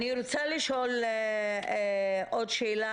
אני רוצה לשאול עוד שאלה